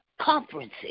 conferences